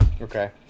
Okay